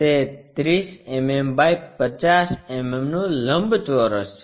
તે 30 mm by 50 mm નું લંબચોરસ છે